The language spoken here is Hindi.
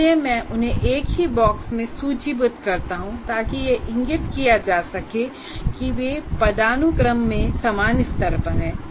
इसलिए मैं उन्हें एक ही बॉक्स में सूचीबद्ध करता हूं ताकि यह इंगित किया जा सके कि वे पदानुक्रम के समान स्तर पर हैं